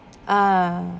ah